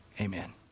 amen